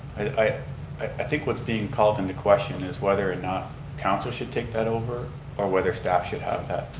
i i think what's being called into question is whether or not council should take that over or whether staff should have.